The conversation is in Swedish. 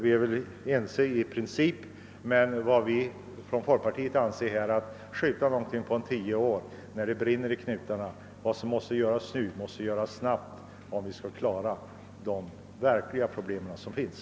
Vi är väl ense i princip, men vi inom folkpartiet menar att det inte i första hand gäller att skjuta upp någonting över tio år när det brinner i knutarna. Vad som skall göras måste göras snabbt, om vi skall kunna lösa de verkligt stora problem som finns.